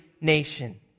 nation